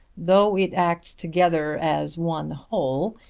though it acts together as one whole,